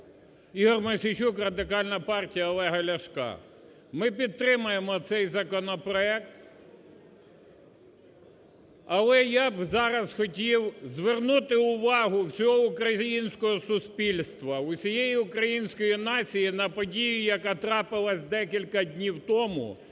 Ігор Мосійчук, Радикальна партія Олега Ляшка. Ми підтримаємо цей законопроект, але я б зараз хотів звернути увагу всього українського суспільства, усієї української нації на подію, яка трапилась декілька днів тому,